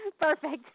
Perfect